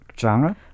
genre